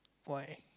why